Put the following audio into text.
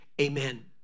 Amen